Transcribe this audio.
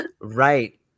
right